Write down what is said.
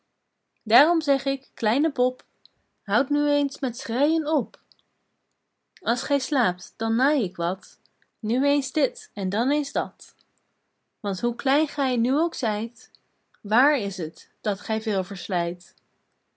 daarom zeg ik kleine pop houd nu eens met schreien op als gij slaapt dan naai ik wat nu eens dit en dan eens dat want hoe klein gij nu ook zijt waar is t dat gij veel verslijt